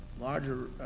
larger